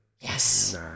Yes